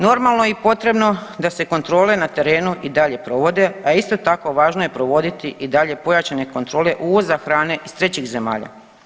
Normalno i potrebno da se kontrole na terenu i dalje provode, a isto tako važno je provoditi i dalje pojačane kontrole uvoza hrane iz trećih zemalja.